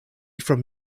from